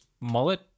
mullet